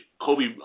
Kobe